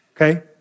Okay